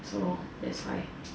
so that's why